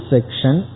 Section